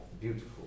beautiful